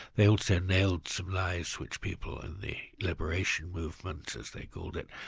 they also nailed some lies which people in the liberation movement as they called it,